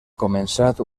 començat